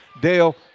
Dale